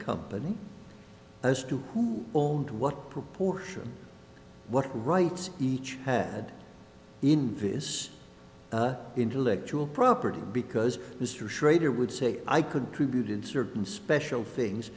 company as to who owned what proportion what rights each had in this intellectual property because mr schrader would say i could tributed certain special things